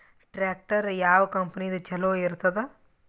Tractor ಯಾವ ಕಂಪನಿದು ಚಲೋ ಇರತದ?